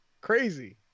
Crazy